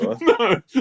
No